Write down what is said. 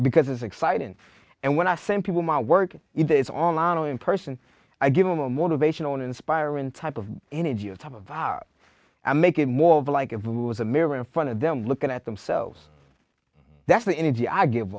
because it's exciting and when i send people my work it's online and in person i give them a motivational inspiring type of energy a type of art and make it more of like of who is a mirror in front of them looking at themselves that's the energy i give